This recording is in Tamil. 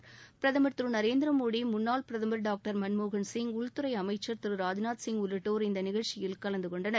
நிகழ்ச்சியில் பிரதமா் திரு நரேந்திர மோடி முன்னாள் பிரதமா் டர்கடர் மன்மோகன்சிங் உள்துறை அமைச்சர் திரு ராஜ்நாத் சிங் உள்ளிட்டோர் இந்த நிகழ்சசியில் கலந்துகொண்டனர்